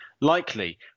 likely